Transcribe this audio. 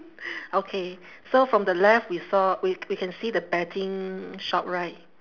okay so from the left we saw we c~ we can see the betting shop right